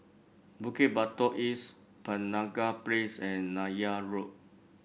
Bukit Batok East Penaga Place and Neythal Road